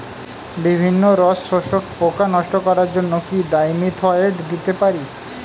বিভিন্ন রস শোষক পোকা নষ্ট করার জন্য কি ডাইমিথোয়েট দিতে পারি?